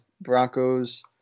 Broncos